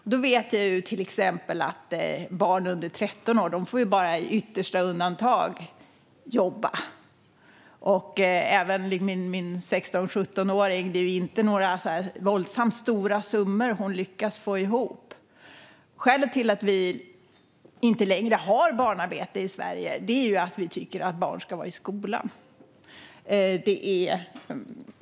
Jag vet till exempel att barn under 13 år bara i yttersta undantag får jobba. För 16 och 17-åringar är det, som för min dotter, inte några våldsamt stora summor som man kan lyckas få ihop. Skälet till att vi inte längre har barnarbete i Sverige är att vi tycker att barn ska vara i skolan.